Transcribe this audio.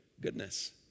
goodness